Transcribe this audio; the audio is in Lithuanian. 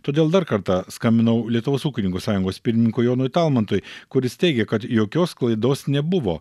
todėl dar kartą skambinau lietuvos ūkininkų sąjungos pirmininkui jonui talmantui kuris teigė kad jokios klaidos nebuvo